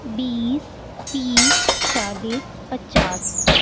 بیس تیس چالیس پچاس